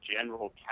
general